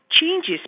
changes